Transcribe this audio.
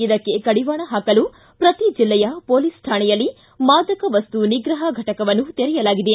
ಇದಕ್ಕೆ ಕಡಿವಾಣ ಪಾಕಲು ಪ್ರತಿ ಜಿಲ್ಲೆಯ ಮೊಲೀಸ್ ಠಾಣೆಯಲ್ಲಿ ಮಾದಕ ವಸ್ತು ನಿಗ್ರಹ ಘಟಕವನ್ನು ತೆರೆಯಲಾಗಿದೆ